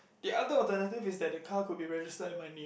the other alternative is that the car could be registered in my name